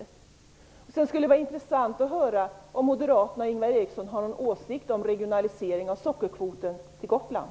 Vidare skulle det vara intressant att höra om Ingvar Eriksson och Moderaterna har någon åsikt om regionaliseringen av sockerkvoten när det gäller Gotland.